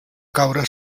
caure